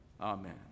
Amen